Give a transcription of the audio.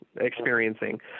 experiencing